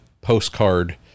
postcard